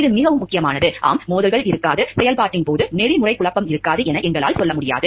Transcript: இது மிகவும் முக்கியமானது ஆம் வட்டி மோதல்கள் இருக்காது செயல்பாட்டின் போது நெறிமுறை குழப்பம் இருக்காது என எங்களால் சொல்ல முடியாது